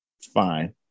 fine